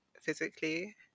physically